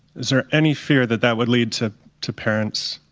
there any fear that that would lead to to parents